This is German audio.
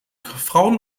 frauen